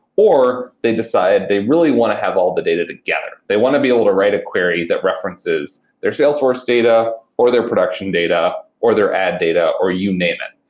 or they decide they really want to have all the data together. they want to be able to write a query that references their salesforce data, or their production data, or their ad data, or you name it.